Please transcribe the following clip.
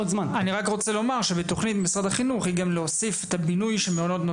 אני רק רוצה לומר שהתוכנית של משרד החינוך היא גם להוסיף